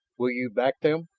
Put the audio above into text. will you back them?